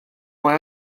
mae